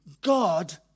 God